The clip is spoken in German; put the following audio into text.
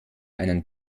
einen